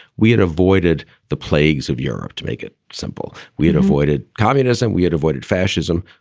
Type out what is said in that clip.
we had avoided the plagues of europe to make it simple. we had avoided communism, we had avoided fascism.